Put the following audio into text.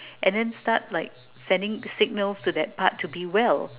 and then start like sending signals to that part to be well